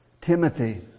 Timothy